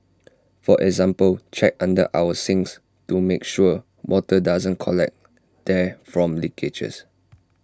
for example check under our sinks to make sure water doesn't collect there from leakages